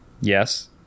Yes